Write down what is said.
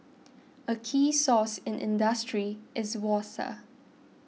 a key resource in industry is water